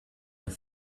were